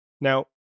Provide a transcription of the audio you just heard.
Now